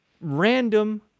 random